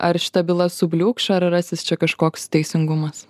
ar šita byla subliūkš ar rasis čia kažkoks teisingumas